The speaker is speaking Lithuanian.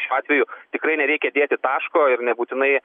šiuo atveju tikrai nereikia dėti taško ir nebūtinai